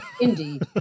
Indeed